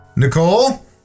Nicole